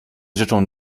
rzeczą